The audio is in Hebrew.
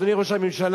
אדוני ראש הממשלה,